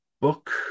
book